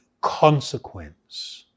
consequence